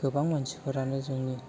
गोबां मानसिफोरानो जोंनि